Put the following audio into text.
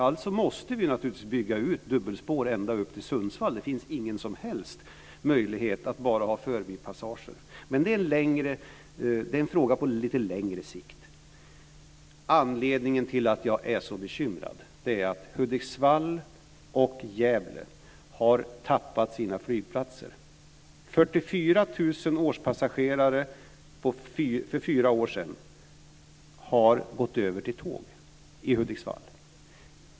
Alltså måste vi bygga ut dubbelspår ända till Sundsvall - det finns ingen som helst möjlighet att bara ha förbipassager. Men det är en fråga på lite längre sikt. Anledningen till att jag är så bekymrad är att Hudiksvall och Gävle har tappat sina flygplatser. 44 000 Hudiksvall.